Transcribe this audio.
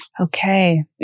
okay